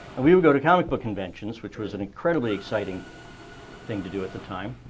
and we would go to comic book conventions, which was an incredibly exciting thing to do at the time.